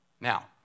Now